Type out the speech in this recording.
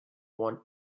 want